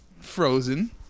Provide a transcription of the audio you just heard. frozen